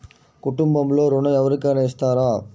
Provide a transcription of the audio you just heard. కుటుంబంలో ఋణం ఎవరికైనా ఇస్తారా?